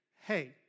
hey